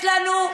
יש לנו,